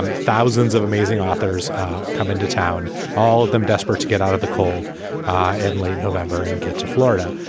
um thousands of amazing authors come into town all of them desperate to get out of the cold and late november and get to florida.